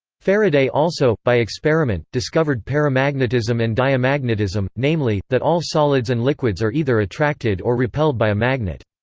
faraday also, by experiment, discovered paramagnetism and diamagnetism, namely, that all solids and liquids are either attracted or repelled by a magnet.